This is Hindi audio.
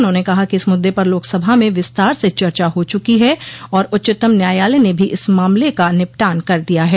उन्होंने कहा कि इस मुद्दे पर लोकसभा में विस्तार से चर्चा हो चुकी है और उच्चतम न्यायालय ने भी इस मामले का निपटान कर दिया है